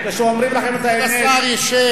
כשאומרים לכם את האמת, דברי הבל, כבוד השר ישב.